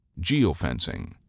Geofencing